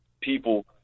people